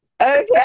Okay